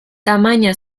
tamaina